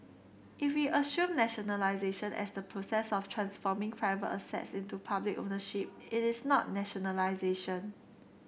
if we assume nationalisation as the process of transforming private assets into public ownership it is not nationalisation